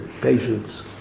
patience